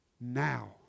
Now